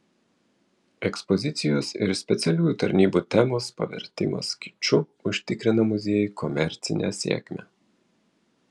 ekspozicijos ir specialiųjų tarnybų temos pavertimas kiču užtikrina muziejui komercinę sėkmę